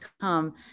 come